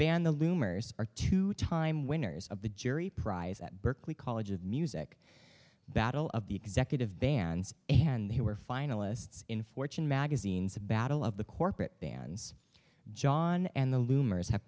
band the loom are our two time winners of the jury prize at berklee college of music battle of the executive bands and they were finalists in fortune magazine's a battle of the corporate bands john and the luminaries have